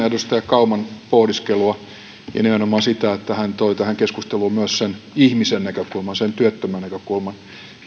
edustaja kauman pohdiskelua ja nimenomaan sitä että hän toi tähän keskusteluun myös sen ihmisen näkökulman sen työttömän näkökulman